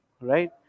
right